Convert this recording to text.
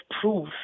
proof